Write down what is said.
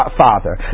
father